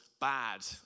bad